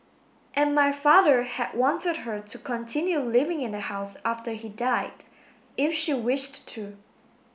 and my father had wanted her to continue living in the house after he died if she wished to